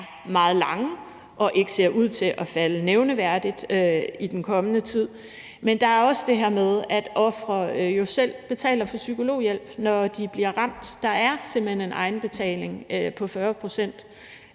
meget lange og ikke ser ud til at falde nævneværdigt i den kommende tid, og at de dels selv betaler for psykologhjælp, når de bliver ramt. Der er simpelt hen en egenbetaling på 40 pct.,